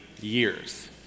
years